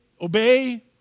obey